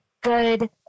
good